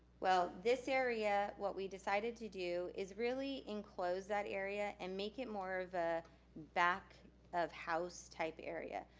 well, this area, what we decided to do is really enclose that area and make it more of a back of house type area.